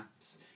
apps